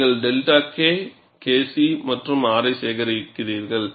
நீங்கள் 𝛅 K Kc மற்றும் R ஐ சேர்க்கிறீர்கள்